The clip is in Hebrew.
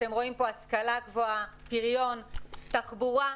אתם רואים כאן השכלה גבוהה, פריון, תחבורה.